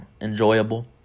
enjoyable